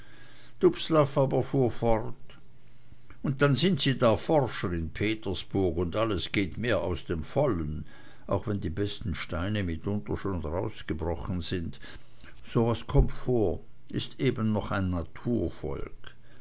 fort und dann sind sie da forscher in petersburg und geht alles mehr aus dem vollen auch wenn die besten steine mitunter schon rausgebrochen sind so was kommt vor is eben noch ein